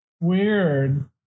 weird